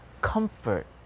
comfort